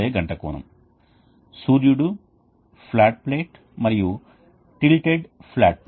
కాబట్టి నామకరణం కోసం మేము ఈ సబ్స్క్రిప్ట్ 1 ని అధిక ఉష్ణోగ్రత కోసం మరియు 2 ని తక్కువ ఉష్ణోగ్రత కోసం ఉపయోగించామని అనుసరించాము